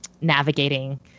navigating